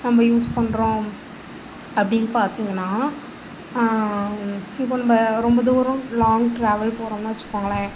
நம்ம யூஸ் பண்ணுறோம் அப்படின்னு பார்த்தீங்கன்னா இப்போ நம்ம ரொம்ப தூரம் லாங் ட்ராவல் போகிறோம்னு வைச்சுக்கோங்களேன்